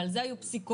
ועל זה היו פסיקות,